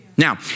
Now